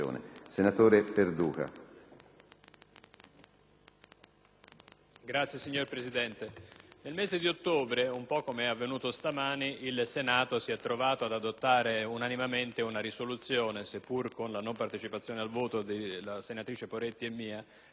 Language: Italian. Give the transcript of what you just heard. *(PD)*. Signor Presidente, nel mese di ottobre, un po' come è avvenuto questa mattina, il Senato si è trovato ad adottare unanimemente un ordine del giorno, seppure con la non partecipazione al voto della senatrice Poretti e mia, relativamente alla persecuzione dei cristiani.